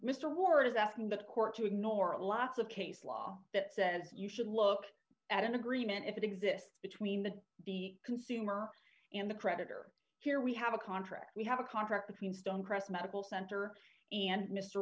mr ward is asking the court to ignore a lot of case law that says you should look at an agreement if it exists between the the consumer and the creditor here we have a contract we have a contract between stonecrest medical center and mr